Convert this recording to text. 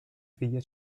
figlia